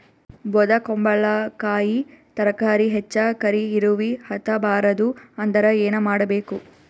ಬೊದಕುಂಬಲಕಾಯಿ ತರಕಾರಿ ಹೆಚ್ಚ ಕರಿ ಇರವಿಹತ ಬಾರದು ಅಂದರ ಏನ ಮಾಡಬೇಕು?